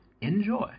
enjoy